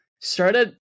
Started